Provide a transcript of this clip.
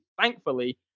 thankfully